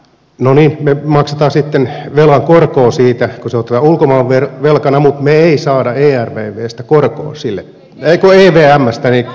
no niin me maksamme sitten velan korkoa siitä kun se otetaan ulkomaan velkana mutta me emme saa evmstä korkoa sille